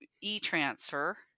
e-transfer